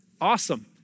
Awesome